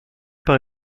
par